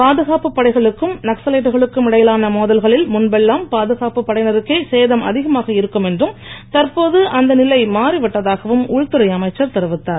பாதுகாப்பு படைகளுக்கும் நக்சலைட்டுகளுக்கும் இடையிலான மோதல்களில் முன்பெல்லாம் பாதுகாப்பு படையினருக்கே சேதம் அதிகமாக இருக்கும் என்றும் தற்போது அந்த நிலை மாறி விட்டதகாவும் உள்துறை அமைச்சர் தெரிவித்தார்